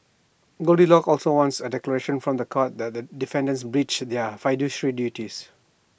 goldilocks also wants A declaration from The Court that the defendants breached their fiduciary duties